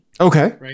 Okay